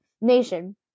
nation